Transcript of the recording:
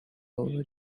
over